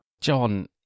John